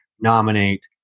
nominate